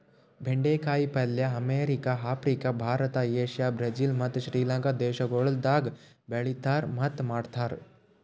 ಬೆಂಡೆ ಕಾಯಿ ಪಲ್ಯ America, Africa, Bharat, Asia, Brazil ಮತ್ತ್ ಶ್ರೀ ಲಂಕಾ ದೇಶಗೊಳ್ದಾಗ್ ಬೆಳೆತಾರ್ ಮತ್ತ್ ಮಾಡ್ತಾರ್